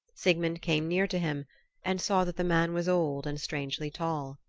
sigmund came near to him and saw that the man was old and strangely tall.